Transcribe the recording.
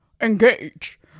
Engage